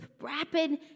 rapid